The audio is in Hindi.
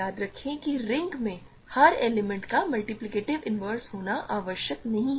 याद रखें कि रिंग में हर एलिमेंट का मल्टीप्लिकेटिव इन्वर्स होना आवश्यक नहीं है